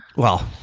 well,